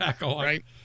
right